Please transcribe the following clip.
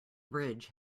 bridge